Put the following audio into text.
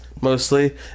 mostly